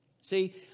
See